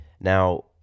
Now